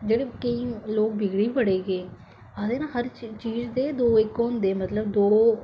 जेहडे़ केईं लोक बिगडे़ बी बडे़ गे आक्खदे ना हर चीज दे दौ होंदे ना मतलब दौ